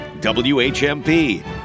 WHMP